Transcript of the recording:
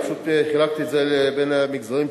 אני פשוט חילקתי את זה בין המגזרים,